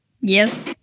Yes